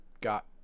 got